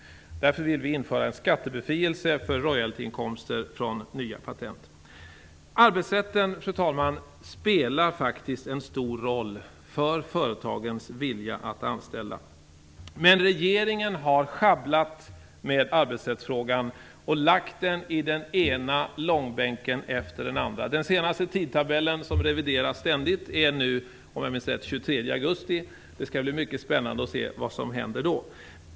Därför vill vi införa skattebefrielse på royaltyinkomster från nya patent. Arbetsrätten, fru talman, spelar faktiskt en stor roll för företagens vilja att anställa. Men regeringen har sjabblat med arbetsrättsfrågan och lagt den i den ena långbänken efter den andra. Den senaste tidpunkt som angivits - tidtabellen revideras ständigt - är den 23 augusti om jag minns rätt. Det skall bli mycket spännande att se vad som händer då.